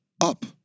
up